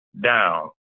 down